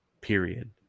period